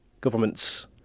government's